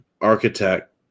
Architect